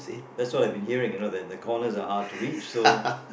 that's all I've been hearing you know the the corners are hard to reach so